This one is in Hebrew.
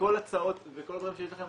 וכל ההצעות וכל הדברים שיש לכם,